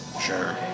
Sure